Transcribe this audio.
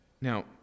Now